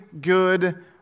good